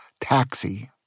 taxi